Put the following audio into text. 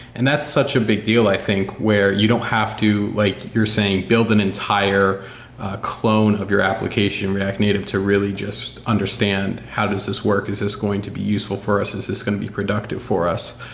and that's such a big deal, i think, where you don't have to, like you're saying, build an entire clone of your application in react native to really just understand how does this work. is this going to be useful for us? is this going to be productive for us?